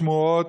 שמועות,